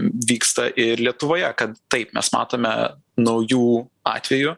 vyksta ir lietuvoje kad taip mes matome naujų atvejų